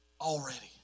Already